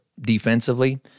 defensively